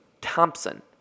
Thompson